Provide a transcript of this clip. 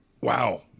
Wow